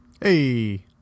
Hey